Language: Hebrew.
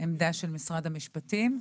העמדה של משרד המשפטים.